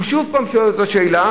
והוא שוב שואל אותו שאלה,